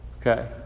Okay